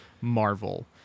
marvel